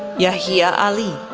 yahia ali,